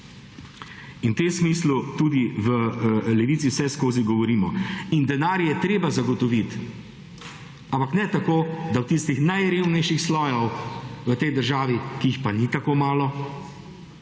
In v tem smislu, tudi v Levici vseskozi govorimo in denar je treba zagotoviti, ampak ne tako, da tistih najrevnejših slojev v tej državi, ki jih pa ni tako malo,